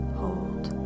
hold